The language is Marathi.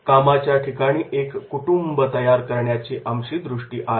कामाच्या ठिकाणी एक कुटुंब तयार करण्याची आमची दृष्टी आहे